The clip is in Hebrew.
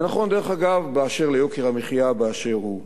זה נכון, דרך אגב, באשר ליוקר המחיה באשר הוא.